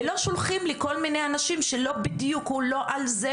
אל תשלחו לי כל מיני אנשים שלא בדיוק על זה,